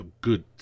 good